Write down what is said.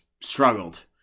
struggled